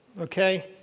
okay